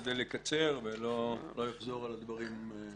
כדי לקצר ולא לחזור על הדברים ----